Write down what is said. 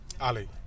Ali